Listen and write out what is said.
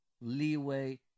leeway